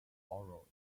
oral